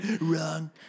Wrong